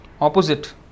opposite